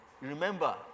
remember